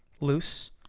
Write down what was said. loose